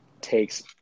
takes